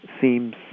seems